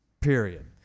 Period